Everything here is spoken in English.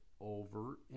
over